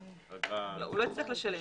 הוא לא יצטרך לשלם.